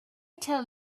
tell